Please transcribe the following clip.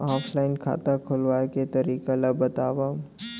Offline खाता खोलवाय के तरीका ल बतावव?